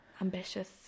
ambitious